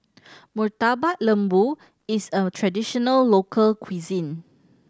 Murtabak Lembu is a traditional local cuisine